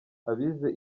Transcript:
abize